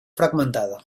fragmentada